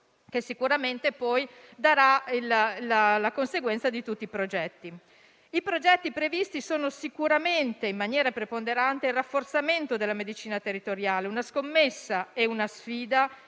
che sicuramente sarà la conseguenza di tutti i progetti. I progetti previsti sono volti, in maniera preponderante, al rafforzamento della medicina territoriale - una scommessa e una sfida